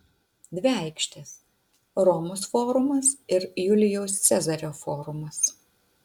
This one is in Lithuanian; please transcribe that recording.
dvi aikštės romos forumas ir julijaus cezario forumas